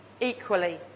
Equally